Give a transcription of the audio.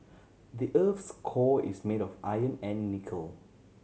the earth's core is made of iron and nickel